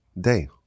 day